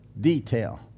detail